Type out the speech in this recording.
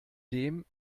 dem